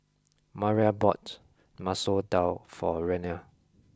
Mariah bought Masoor Dal for Reyna